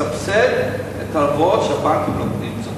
מסבסד את ההלוואות שהבנקים נותנים.